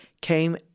came